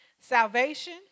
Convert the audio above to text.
Salvation